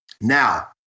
now